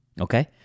Okay